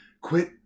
Quit